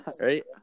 right